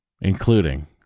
including